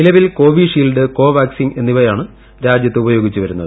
നിലവിൽ കോവീഷീൽഡ് കോവാക്സിൻ എന്നിവയാണ് രാജ്യത്ത് ഉപയോഗിച്ചു വരുന്നത്